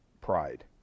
pride